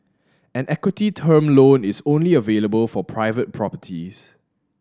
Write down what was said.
an equity term loan is only available for private properties